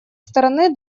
стороны